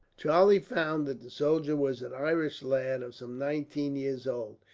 charlie found that the soldier was an irish lad, of some nineteen years old.